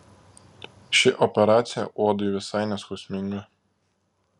ši operacija uodui visai neskausminga